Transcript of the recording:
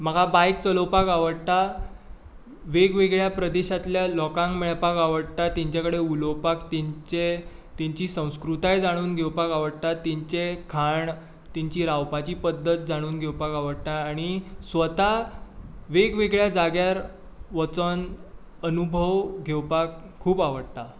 म्हाका बायक चलोवपाक आवडटा वेगवेगळ्या प्रदेशांतल्या लोकांक मेळपाक आवडटा तेंचे कडेन उलोवपाक तेंचे तिंची संस्कृताय जाणून घेवपाक आवडटा तेंचें खाण तेंची रावपाची पध्दत जाणून घेवपाक आवडटा आनी स्वता वेगवेगळ्या जाग्यार वोचोन अनुभव घेवपाक खूब आवडटा